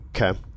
Okay